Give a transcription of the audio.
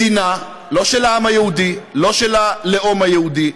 מדינה לא של העם היהודי, לא של הלאום היהודי,